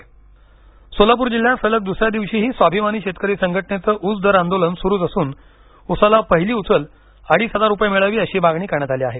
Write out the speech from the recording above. ऊस सोलापुर जिल्ह्यात सलग दुसऱ्या दिवशीही स्वाभिमानी शेतकरी संघटनेचं ऊसदर आंदोलन सुरूच असुन ऊसाला पहिली उचल अडीच हजार रुपये मिळावी अशी मागणी करण्यात आली आहे